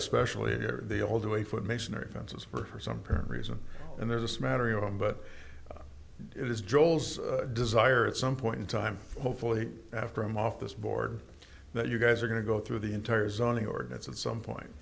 especially if they all do a foot missionary fences for some poor reason and there's a smattering of them but it is joel's desire at some point in time hopefully after i'm off this board that you guys are going to go through the entire zoning ordinance at some point